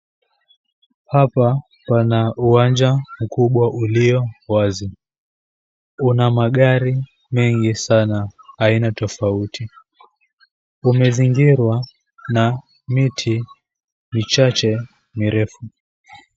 Hapa pana uwanja mkubwa uliowazi. Una magari mengi saana aina tofauti, umezingirwa na miti michache mirefu.